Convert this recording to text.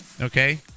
okay